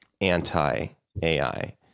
anti-AI